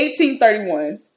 1831